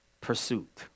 pursuit